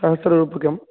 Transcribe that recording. सहस्ररूप्यकं